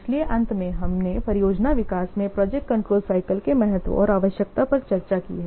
इसलिए अंत में हमने परियोजना विकास में प्रोजेक्ट कंट्रोल साइकल के महत्व और आवश्यकता पर चर्चा की है